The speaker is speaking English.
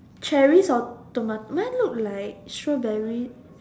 cherries or tomato mine look like strawberry